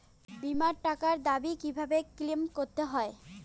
বিমার টাকার দাবি কিভাবে ক্লেইম করতে হয়?